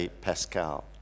Pascal